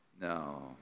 no